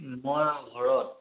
মই ঘৰত